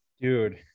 Dude